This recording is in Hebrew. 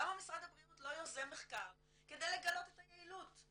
למה משרד הבריאות לא יוזם מחקר כדי לגלות את היעילות?